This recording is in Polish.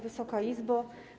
Wysoka Izbo!